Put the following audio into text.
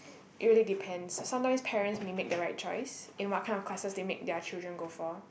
it really depends so sometimes parents may make their right choice in what kind of classes they make their children go for